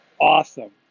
Awesome